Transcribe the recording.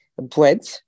bread